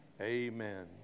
amen